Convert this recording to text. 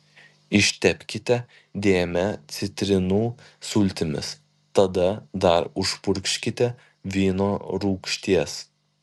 ištepkite dėmę citrinų sultimis tada dar užpurkškite vyno rūgšties